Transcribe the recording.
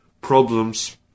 problems